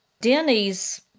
Denny's